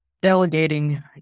Delegating